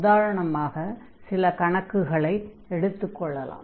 உதாரணமாக சில கணக்குகளைப் பார்க்கலாம்